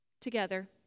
Together